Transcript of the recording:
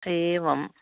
एवम्